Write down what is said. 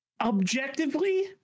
objectively